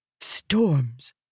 Storms